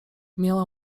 miała